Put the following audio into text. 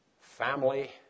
family